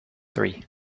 three